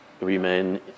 remain